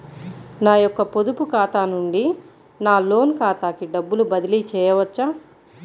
నా యొక్క పొదుపు ఖాతా నుండి నా లోన్ ఖాతాకి డబ్బులు బదిలీ చేయవచ్చా?